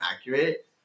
accurate